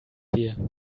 here